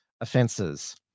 offences